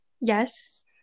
yes